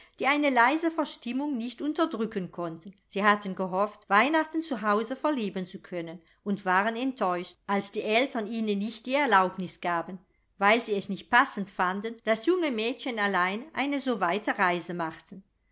die eine leise verstimmung nicht unterdrücken konnten sie hatten gehofft weihnachten zu hause verleben zu können und waren enttäuscht als die eltern ihnen nicht die erlaubnis gaben weil sie es nicht passend fanden daß junge mädchen allein eine so weite reise machten